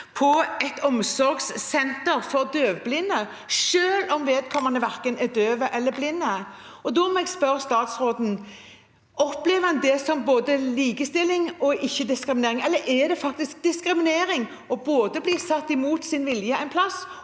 på et omsorgssenter for døvblinde selv om vedkommende verken er døv eller blind. Da må jeg spørre statsråden: Opplever hun det som både likestilling og ikke-diskriminering, eller er det faktisk diskriminering både å bli satt et sted mot sin vilje og,